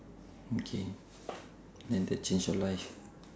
okay and the change your life